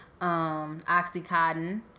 oxycodone